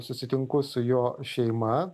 susitinku su jo šeima